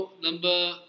number